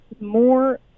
more